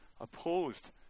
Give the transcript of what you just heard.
opposed